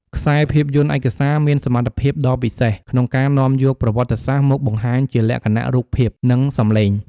ខ្សែភាពយន្តឯកសារមានសមត្ថភាពដ៏ពិសេសក្នុងការនាំយកប្រវត្តិសាស្ត្រមកបង្ហាញជាលក្ខណៈរូបភាព និងសម្លេង។